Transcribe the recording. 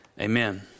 Amen